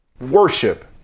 worship